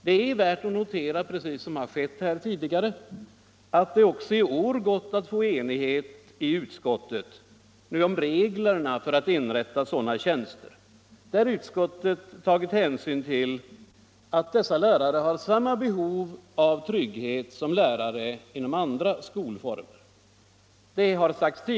Det är värt att notera — och har noterats här tidigare — att det har gått att nå enighet i utskottet nu om reglerna för att inrätta dessa tjänster, och att utskottet har tagit hänsyn till att dessa lärare har samma behov av trygghet som lärare inom andra skolformer.